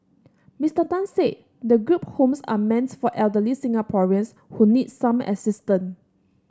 Mister Tan said the group homes are meant for elderly Singaporeans who need some assistance